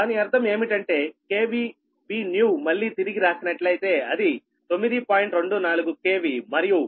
దాని అర్థం ఏమిటంటే Bnew మళ్లీ తిరిగి రాసినట్లయితే అది 9